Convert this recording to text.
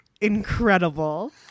Incredible